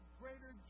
greater